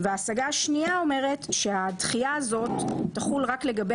ההשגה השנייה אומרת שהדחייה הזאת תחול רק לגבי